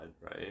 right